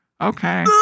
Okay